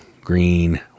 green